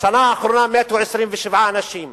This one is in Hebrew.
בשנה האחרונה מתו 27 אנשים,